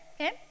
okay